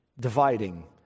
dividing